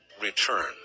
return